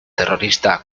terrorista